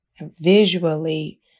visually